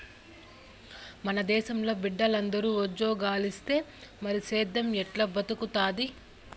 మన దేశంలో బిడ్డలందరూ ఉజ్జోగాలిస్తే మరి సేద్దెం ఎట్టా బతుకుతాది